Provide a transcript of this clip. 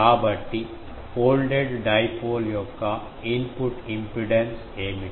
కాబట్టి folded dipole యొక్క input impedance ఏమిటి